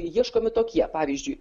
ieškomi tokie pavyzdžiui